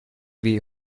wie